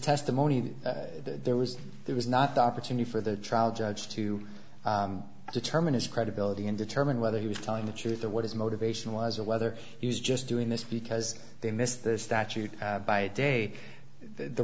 testimony that there was there was not the opportunity for the trial judge to determine his credibility and determine whether he was telling the truth of what his motivation was or whether he was just doing this because they missed the statute by day the